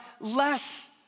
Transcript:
less